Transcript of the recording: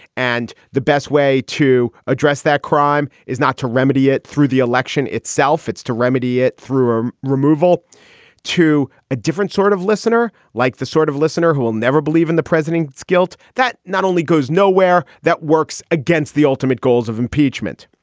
and the best way to address that crime is not to remedy it through the election itself. it's to remedy it through ah removal to a different sort of listener, like the sort of listener who will never believe in the president's guilt. that not only goes nowhere. that works against the ultimate goals of impeachment.